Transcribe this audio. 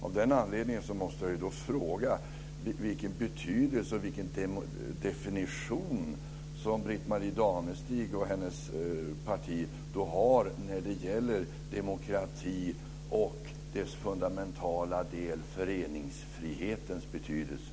Av den anledningen måste jag fråga vilken definition som Britt-Marie Danestig och hennes parti har när det gäller demokratins och dess fundamental del föreningsfrihetens betydelse.